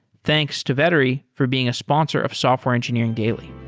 thanks to vettery for being a sponsor of software engineering daily